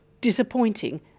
disappointing